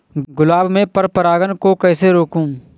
गुलाब में पर परागन को कैसे रोकुं?